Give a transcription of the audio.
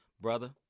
Brother